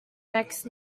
next